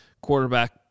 quarterback